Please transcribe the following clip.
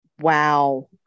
Wow